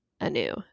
anew